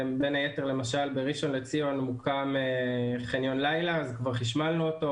בין היתר למשל בראשון לציון מוקם חניון לילה שכבר חשמלנו אותו.